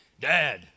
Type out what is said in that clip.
Dad